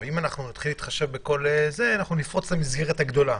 אם נתחיל להתחשב, נפרוץ את המסגרת הגדולה.